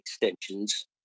extensions